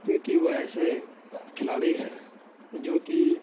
کیونکہ وہ ایسے کھلاڑی ہیں جو کہ